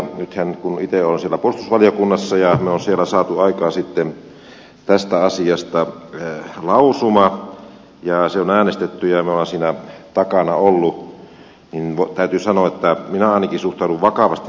nythän kun itse olen siellä puolustusvaliokunnassa ja me olemme siellä saaneet aikaan tästä asiasta lausuman ja siitä on äänestetty ja minä olen siinä takana ollut täytyy sanoa että minä ainakin suhtaudun vakavasti näihin asioihin